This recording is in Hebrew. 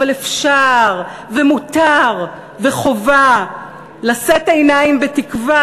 אבל אפשר ומותר וחובה לשאת עיניים בתקווה,